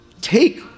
Take